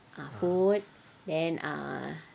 food and ah